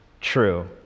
true